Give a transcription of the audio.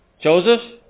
Joseph